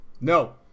No